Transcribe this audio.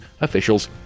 officials